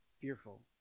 fearful